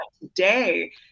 today